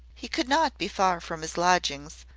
he could not be far from his lodgings,